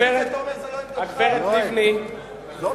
20 דקות מרמאללה, והוא מסכים להקפאה הזאת.